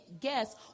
guess